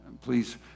please